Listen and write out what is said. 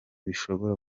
bishobora